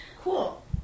Cool